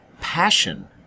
Passion